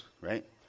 right